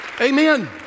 Amen